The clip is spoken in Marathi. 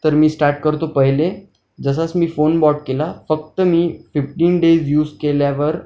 तर मी स्टार्ट करतो पहिले जसंच मी फोन बॉट केला फक्त मी फिफ्टीन डेज युज केल्यावर